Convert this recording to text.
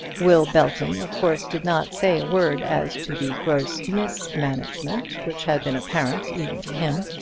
will belton of course did not say a word as to the gross mismanagement which had been apparent even to him.